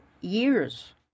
years